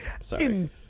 sorry